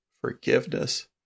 forgiveness